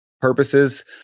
purposes